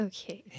Okay